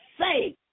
say